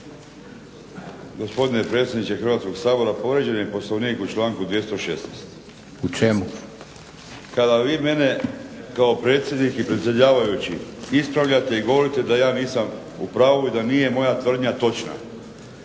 Gospodine predsjedniče Hrvatskog sabora povrijeđen je Poslovnik u članku 216. **Leko, Josip (SDP)** U čemu? **Đakić, Josip (HDZ)** Kada vi mene kao predsjednik i predsjedavajući ispravljate da govorite da ja nisam u pravu i da nije moja tvrdnja točna.